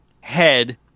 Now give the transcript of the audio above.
head